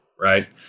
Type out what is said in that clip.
right